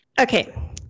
Okay